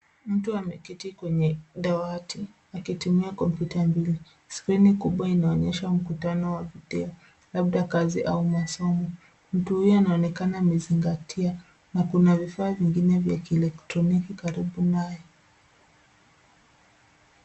Mtu ameketi kwenye dawati, akitumia kompyuta mbili. Skirini kubwa inaonyesha mkutano wa video, labda kazi au masomo. Mtu huyo anaonekana amezingatia, na kuna vifaa vingine vya kieletroniki karibu naye.